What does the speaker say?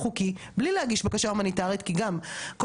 כל העניין אפרופו האתר של רשות האוכלוסין,